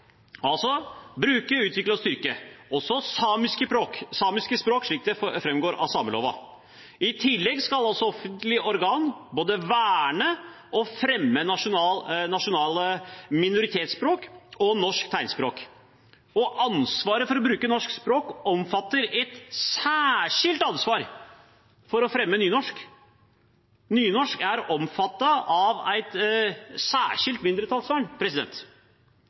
bruke, utvikle og styrke – også samiske språk, slik det framgår av sameloven. I tillegg skal offentlige organ både verne og fremme nasjonale minoritetsspråk og norsk tegnspråk. Ansvaret for å bruke norsk språk omfatter et særskilt ansvar for å fremme nynorsk. Nynorsk er omfattet av et særskilt